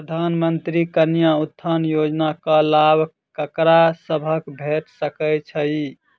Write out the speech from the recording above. मुख्यमंत्री कन्या उत्थान योजना कऽ लाभ ककरा सभक भेट सकय छई?